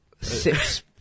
Six